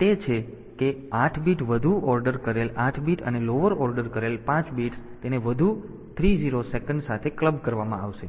તેથી આ તે છે કે 8 બીટ વધુ ઓર્ડર કરેલ 8 બીટ અને લોઅર ઓર્ડર કરેલ 5 બીટ્સ તેને વધુ 3 0 સે સાથે ક્લબ કરવામાં આવશે